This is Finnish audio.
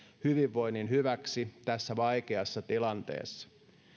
hyvinvoinnin hyväksi tässä vaikeassa tilanteessa